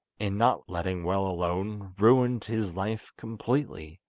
in not letting well alone, ruined his life completely.